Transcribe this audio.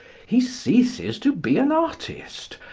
he ceases to be an artist,